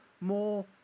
more